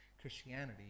Christianity